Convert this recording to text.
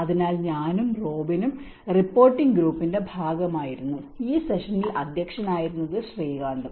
അതിനാൽ ഞാനും റോബിനും റിപ്പോർട്ടിംഗ് ഗ്രൂപ്പിന്റെ ഭാഗമായിരുന്നു ഈ സെഷനിൽ അധ്യക്ഷനായിരുന്നത് ശ്രീകാന്തും